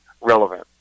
relevant